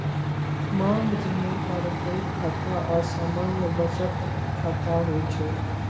मांग जमा पारंपरिक खाता आ सामान्य बचत खाता होइ छै